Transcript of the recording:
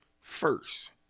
first